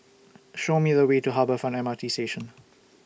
Show Me The Way to Harbour Front M R T Station